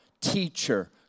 teacher